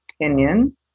opinion